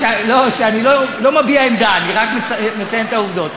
לא, שאני לא מביע עמדה, אני רק מציין את העובדות.